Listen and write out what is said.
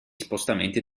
spostamenti